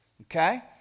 Okay